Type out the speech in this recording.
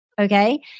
okay